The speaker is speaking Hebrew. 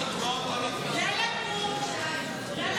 לחוק-יסוד: הממשלה.